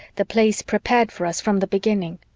the place prepared for us from the beginning.